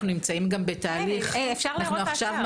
ואנחנו גם נמצאים בתהליך --- אנחנו מעלים